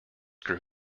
grew